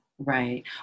Right